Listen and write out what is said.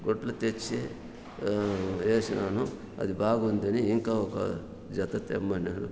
గొడ్లు తెచ్చి వేసినాను అది బాగుందని ఇంకో ఒక జత తెమ్మన్నాడు